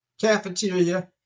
cafeteria